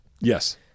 Yes